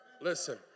Listen